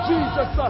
Jesus